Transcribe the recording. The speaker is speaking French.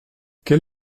quel